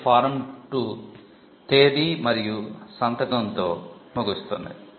కాబట్టి ఫారం 2 తేదీ మరియు సంతకంతో ముగుస్తుంది